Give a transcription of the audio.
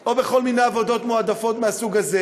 או בכל מיני עבודות מועדפות מהסוג הזה.